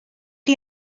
chi